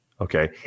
Okay